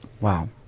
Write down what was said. Wow